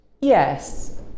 yes